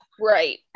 right